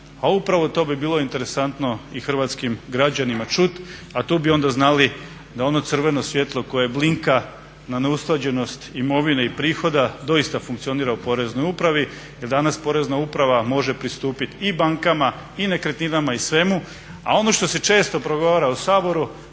a upravo to bi bilo interesantno i hrvatskim građanima čut, a tu bi onda znali da ono crveno svjetlo koje blinka na neusklađenost imovine i prihoda doista funkcionira u Poreznoj upravi jer danas Porezna uprava može pristupit i bankama i nekretninama i svemu. A ono što se često progovara u Saboru,